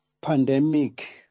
pandemic